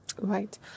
right